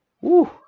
Woo